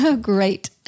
great